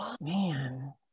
Man